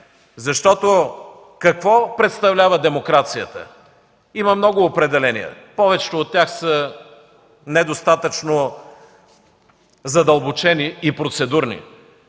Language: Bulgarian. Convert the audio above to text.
Какво представлява демокрацията? Има много определения, повечето от тях са недостатъчно задълбочени и процедурни.